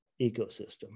ecosystem